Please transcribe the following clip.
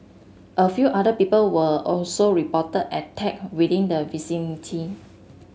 a few other people were also reported attacked within the vicinity